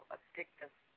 Addictive